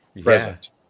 present